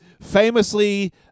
Famously